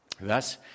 Thus